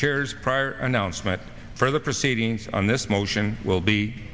chairs prior announcement for the proceedings on this motion will be